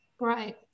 Right